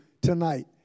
tonight